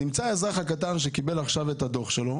האזרח הקטן שקיבל את הדוח שלו,